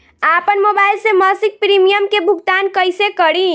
आपन मोबाइल से मसिक प्रिमियम के भुगतान कइसे करि?